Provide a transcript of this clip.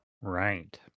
Right